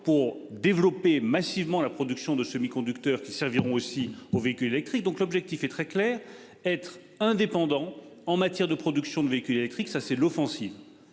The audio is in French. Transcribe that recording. pour développer massivement la production de semi-conducteurs qui serviront aussi aux véhicules électriques, donc l'objectif est très clair, être indépendant en matière de production de véhicules électriques. Ça c'est l'offensive.